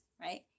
right